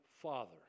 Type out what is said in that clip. Father